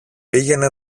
πήγαινε